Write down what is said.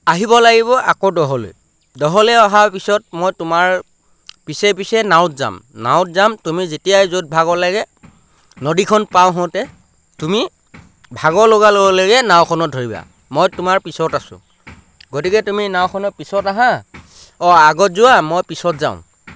আহিব লাগিব আকৌ দলৈ দলৈ অহাৰ পিছত মই তোমাৰ পিছে পিছে নাৱত যাম নাৱত যাম তুমি যেতিয়াই য'ত ভাগৰ লাগে নদীখন পাৰ হওঁতে তুমি ভাগৰ লগাৰ লগে লগে নাওখনত ধৰিবা মই তোমাৰ পিছত আছো গতিকে তুমি নাওখনৰ পিছত আহা অঁ আগত যোৱা মই পিছত যাওঁ